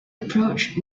approach